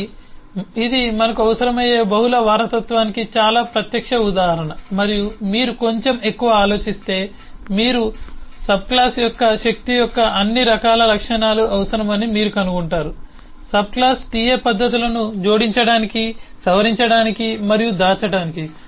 కాబట్టి ఇది మనకు అవసరమయ్యే బహుళ వారసత్వానికి చాలా ప్రత్యక్ష ఉదాహరణ మరియు మీరు కొంచెం ఎక్కువ ఆలోచిస్తే మీకు సబ్క్లాస్ యొక్క శక్తి యొక్క అన్ని రకాల లక్షణాలు అవసరమని మీరు కనుగొంటారు సబ్క్లాస్ టిఎ పద్ధతులను జోడించడానికి సవరించడానికి మరియు దాచడానికి